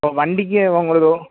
இப்போ வண்டிக்கு உங்களுக்கு